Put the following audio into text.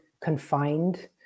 confined